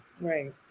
Right